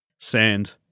Sand